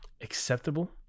acceptable